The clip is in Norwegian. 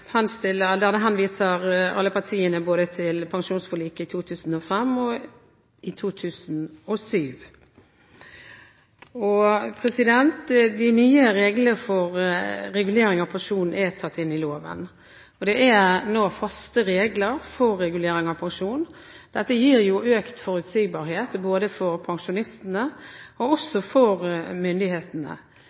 alle partiene både til pensjonsforliket i 2005 og i 2007. De nye reglene for regulering av pensjon er tatt inn i loven. Det er nå faste regler for regulering av pensjon. Dette gir økt forutsigbarhet, både for pensjonistene og for myndighetene.